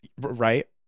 right